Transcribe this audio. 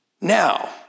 Now